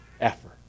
effort